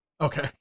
Okay